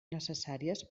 necessàries